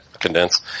condense